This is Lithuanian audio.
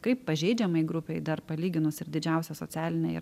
kaip pažeidžiamai grupei dar palyginus ir didžiausią socialinę ir